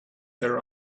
their